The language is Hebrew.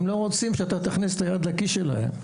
הם לא רוצים שאתה תכניס את היד לכיס שלהם.